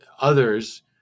Others